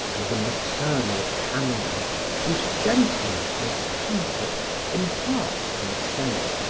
and the maternal candors whose gentleness and comfort impart, in a sense,